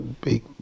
big